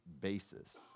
basis